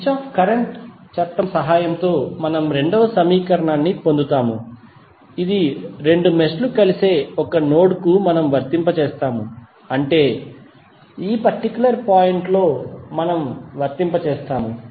Kirchhoff current చట్టం సహాయంతో మనము రెండవ సమీకరణాన్ని పొందుతాము ఇది రెండు మెష్ లు కలిసే ఒక నోడ్ కు మనము వర్తింపజేస్తాము అంటే ఈ పర్టిక్యులర్ పాయింట్ లో మనము వర్తింపజేస్తాము